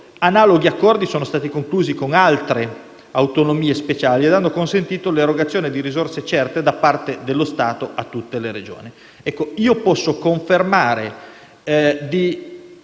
Analoghi accordi sono stati conclusi con altre autonomie speciali e hanno consentito l'erogazione di risorse certe da parte dello Stato a tutte le Regioni. Posso confermare di